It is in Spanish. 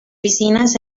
piscinas